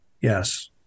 yes